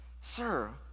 sir